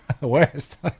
West